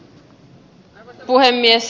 arvoisa puhemies